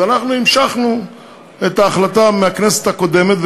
אז אנחנו המשכנו את ההחלטה מהכנסת הקודמת,